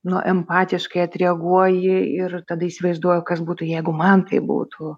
nu empatiškai atreaguoji ir tada įsivaizduoju kas būtų jeigu man taip būtų